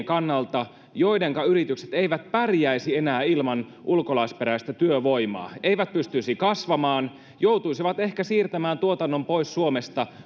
kannalta joidenka yritykset eivät pärjäisi enää ilman ulkolaisperäistä työvoimaa ne eivät pystyisi kasvamaan tai joutuisivat ehkä siirtämään tuotannon pois suomesta